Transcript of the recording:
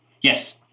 Yes